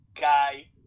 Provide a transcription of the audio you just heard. guy